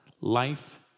Life